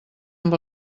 amb